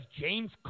James